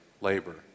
labor